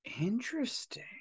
Interesting